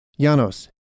Janos